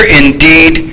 indeed